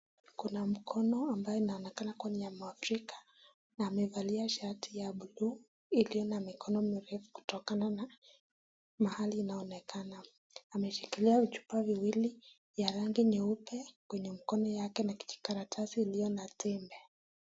Kuna mkono ambayo inaonekana kuwa ni ya muafrika na amevalia shati ya blue iliyo na mikono mirefu kutokana na mahali inaonekana. Ameshikilia chupa viwili ya rangi nyeupe kwenye mkono yake na kijikaratasi iliyo na tembe.